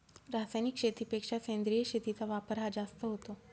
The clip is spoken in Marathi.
रासायनिक शेतीपेक्षा सेंद्रिय शेतीचा वापर हा जास्त होतो